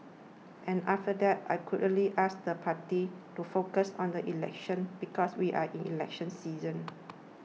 and after that I could really ask the party to focus on the election because we are in election season